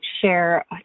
share